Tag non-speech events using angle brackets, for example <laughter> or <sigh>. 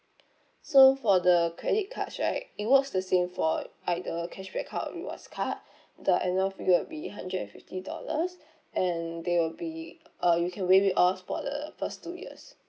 <noise> so for the credit cards right it works the same for either cashback card or rewards card <breath> the annual fee will be hundred and fifty dollars <breath> and there will be uh you can waive it off for the first two years